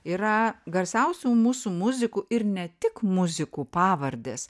yra garsiausių mūsų muzikų ir ne tik muzikų pavardės